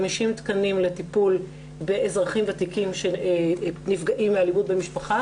50 תקנים לטפול באזרחים ותיקים שנפגעים מאלימות במשפחה